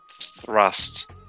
thrust